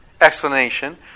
explanation